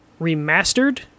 Remastered